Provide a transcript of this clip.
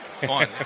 Fun